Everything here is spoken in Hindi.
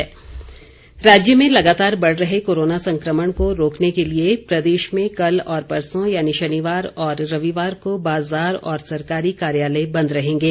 बाजार बंद राज्य में लगातार बढ़ रहे कोरोना संक्रमण को रोकने के लिए प्रदेश में कल और परसों यानि शनिवार और रविवार को बाजार और सरकारी कार्यालय बंद रहेंगें